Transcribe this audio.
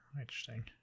Interesting